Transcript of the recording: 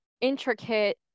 intricate